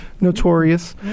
Notorious